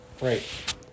Right